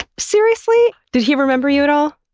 seriously! did he remember you at all?